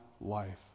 life